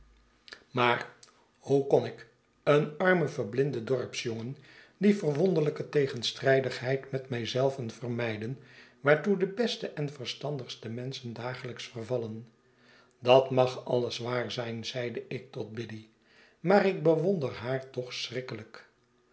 maar hoe kon ik een arme verblinde dorpsjongen die verwonderlijke tegenstrijdigheid met mij zeiven vermijden waar toe de beste en verstandigste menschen dagelijks vervallen dat mag alles waar zijn zeide ik tot biddy maar ik bewonder haar toch